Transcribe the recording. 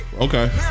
Okay